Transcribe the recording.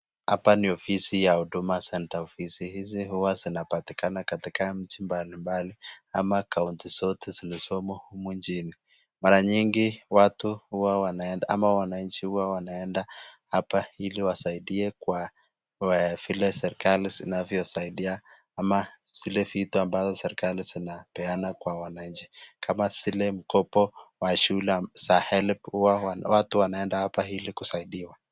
Hapa ni ofisi ya huduma center, ofisi hizi huwa zinapatikana katika mji mbalimbali ama kaunti zote zilizomo huku nchini, mara nyingi watu huwa wanaenda ama wananchi huwa wanaenda hapa ili wasaidie vile serikali vinavyosaidia ama zile vitu ambavyo serikali inapeana, kwa wananchi kama zile mikopo za shule za helb watu wanaenda hapa ili kusaidiwa.